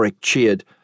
cheered